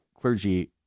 clergy